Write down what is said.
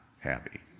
happy